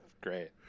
Great